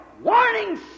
warning